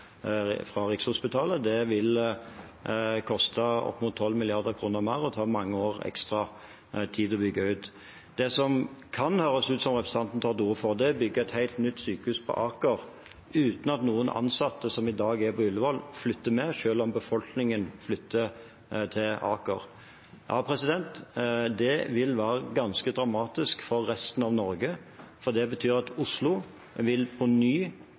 ta mange år ekstra å bygge ut. Det det kan høres ut som om representanten tar til orde for, er å bygge et helt nytt sykehus på Aker uten at noen ansatte som i dag er på Ullevål, flytter med – selv om befolkningen flyttes til Aker. Det vil være ganske dramatisk for resten av Norge, for det betyr at Oslo på ny vil drenere resten av Norge for kompetanse som det er mangel på.